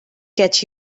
get